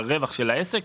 לרווח של העסק,